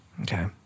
Okay